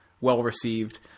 well-received